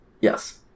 Yes